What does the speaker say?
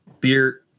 beer